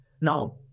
Now